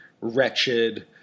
wretched